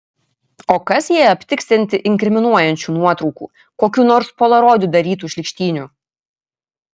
o kas jei aptiksianti inkriminuojančių nuotraukų kokių nors polaroidu darytų šlykštynių